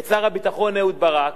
את שר הביטחון אהוד ברק,